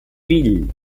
fill